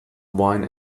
wine